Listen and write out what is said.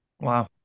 Wow